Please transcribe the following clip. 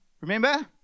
Remember